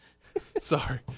Sorry